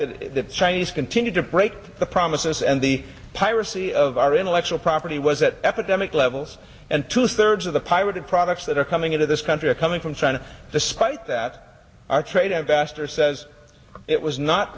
that the chinese continued to break the promises and the piracy of our intellectual property was at epidemic levels and two thirds of the pirated products that are coming into this country are coming from china despite that our trade investor says it was not